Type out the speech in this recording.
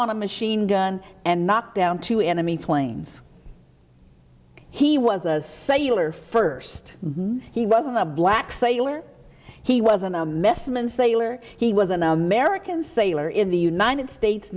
on a machine gun and knocked down two enemy planes he was a sailor first name he wasn't a black sailor he wasn't a messman sailor he was an american sailor in the united states